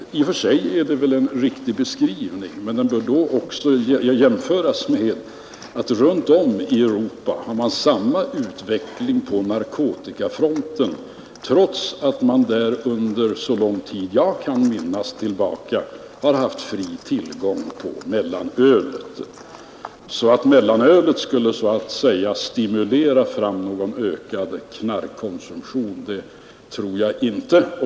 I och för sig är väl den beskrivningen riktig, men den bör då också jämföras med att man runt om i Europa har samma utveckling på narkotikafronten trots att man där under så lång tid jag kan minnas tillbaka har haft fri tillgång till mellanöl. Att mellanölet skulle så att säga stimulera fram någon ökad knarkkonsumtion tror jag inte.